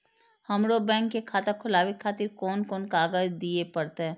हमरो बैंक के खाता खोलाबे खातिर कोन कोन कागजात दीये परतें?